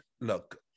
look